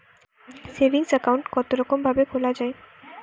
Saving account কতরকম ভাবে খোলা য়ায়?